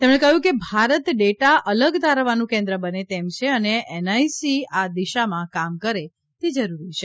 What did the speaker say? તેમણે કહ્યું ભારત ડેટા અલગ તારવવાનું કેન્દ્ર બને તેમ છે અને એનઆઇસી આ દિશામાં કામ કરે તે જરૂરી છે